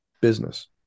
business